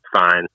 fine